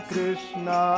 Krishna